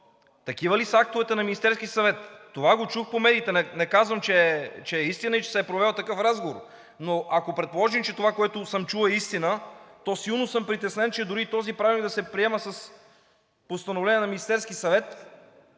Такива ли са актовете на Министерския съвет? Това го чух по медиите, не казвам, че е истина и че се е провел такъв разговор, но ако предположим, че това, което съм чул, е истина, то силно съм притеснен, че дори този правилник да се приема с постановление на Министерския съвет,